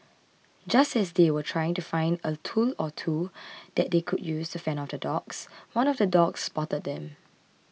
just as they were trying to find a tool or two that they could use to fend off the dogs one of the dogs spotted them